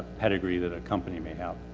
pedigree that a company may have.